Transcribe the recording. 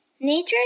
Nature